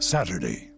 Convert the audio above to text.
Saturday